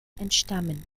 entstammen